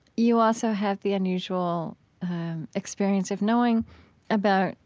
you also have the unusual experience of knowing about,